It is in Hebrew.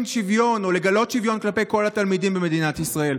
שוויון או לגלות שוויון כלפי כל התלמידים במדינת ישראל?